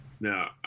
Now